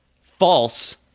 false